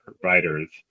providers